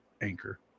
anchor